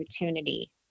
opportunity